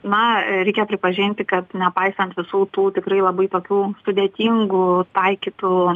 na reikia pripažinti kad nepaisant visų tų tikrai labai tokių sudėtingų taikytų